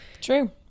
True